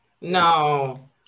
No